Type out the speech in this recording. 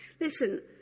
Listen